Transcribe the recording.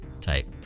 type